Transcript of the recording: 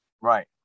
Right